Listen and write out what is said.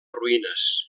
ruïnes